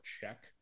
check